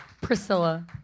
Priscilla